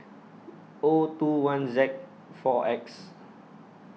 O two one Z four X